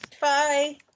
Bye